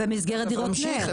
במסגרת דירות נ"ר.